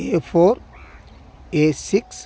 a four a six